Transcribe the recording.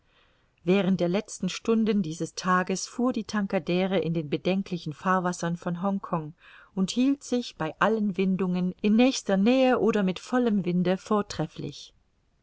während der letzten stunden dieses tages fuhr die tankadere in den bedenklichen fahrwassern von hongkong und hielt sich bei allen windungen in nächster nähe oder mit vollem winde vortrefflich